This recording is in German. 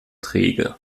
träge